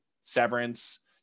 Severance